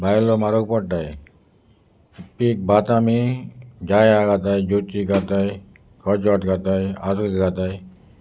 बायलो मारग पडटाय पीक भात आमी जाया घाताय ज्योची घाताय खजट घाताय आदूक घाताय